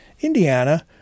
Indiana